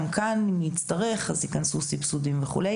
גם כאן, אם נצטרך, אז ייכנסו סבסודים וכו'.